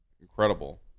incredible